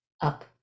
up